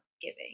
giving